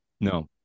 No